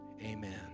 Amen